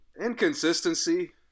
inconsistency